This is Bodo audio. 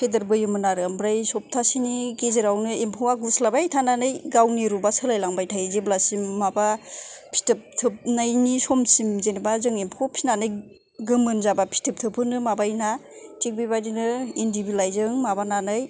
फेदेरबोयोमोन आरो ओमफ्राय सप्तासेनि गेजेरावनो एम्फौआ गुरस्लायबाय थानानै गावनि रुपआ सोलायलांबाय थायो जेब्लासिम माबा फिथोब थोबनायनि समसिम जेनेबा जों एमफौखौ फिसिनानै गोमोन जाबा फिथोब थोबहोनो माबायो ना थिग बेबायदिनो इन्दि बिलाइजों माबानानै